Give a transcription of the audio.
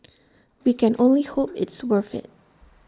we can only hope it's worth IT